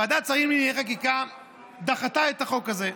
ועדת שרים לענייני חקיקה דחתה את החוק הזה,